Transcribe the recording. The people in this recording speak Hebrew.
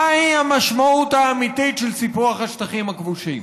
מהי המשמעות האמיתית של סיפוח השטחים הכבושים?